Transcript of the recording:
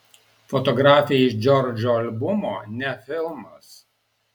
fotografija iš džordžo albumo ne filmas